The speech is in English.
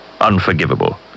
Unforgivable